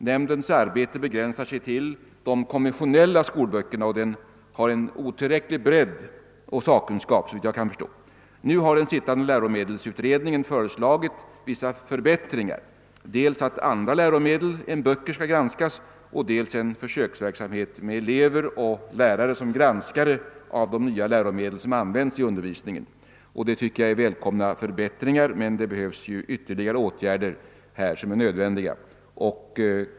Nämndens arbete begränsar sig till de konventionella skolböckerna, och den har såvitt jag förstår inte tillräcklig bredd och sakkunskap. Nu har den sittande läromedelsutredningen föreslagit vissa förbättringar, dels att andra läromedel än böcker skall granskas, dels att det skall bedrivas en försöksverksamhet där lärare och elever skall granska de nya läromedlen. Detta är välkomna förbättringar, men det behövs ytterligare åtgärder.